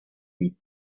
with